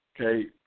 Okay